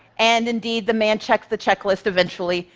and indeed, the man checks the checklist eventually,